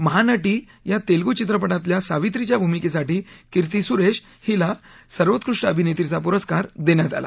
महानटी या तेलगू चित्रपटातल्या सावित्रीच्या भूमिकेसाठी कीर्ती सुरेश हीला सर्वोत्कृष्ट अभिनेत्रीचा पुरस्कार देण्यात आला